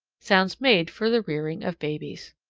sounds made for the rearing of babies.